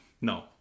No